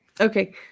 okay